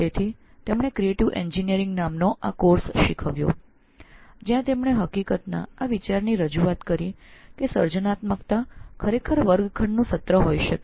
તેઓએ આ creative engineering નામનો આ અભ્યાસક્રમ શીખવ્યો જ્યાં તેઓએ આ સમગ્ર વિચાર પ્રસ્તુત કર્યો કે સર્જનાત્મકતા ખરેખર વર્ગખંડનું સત્ર પણ હોઈ શકે